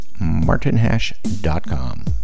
martinhash.com